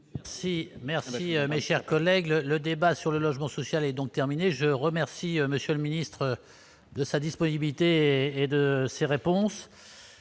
Merci, mes chers collègues, le le débat sur le logement social est donc terminé, je remercie Monsieur le Ministre, de sa disponibilité et de ces réponses,